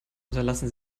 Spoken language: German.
unterlassen